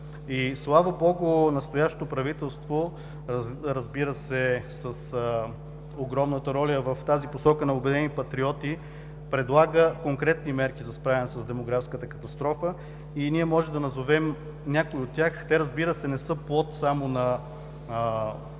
И, слава Богу, настоящото правителство, разбира се, с огромната роля в тази посока на „Обединени патриоти“, предлага конкретни мерки за справяне с демографската катастрофа и ние може да назовем някои от тях. Те, разбира се, не са плод само на наши идеи,